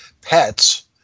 pets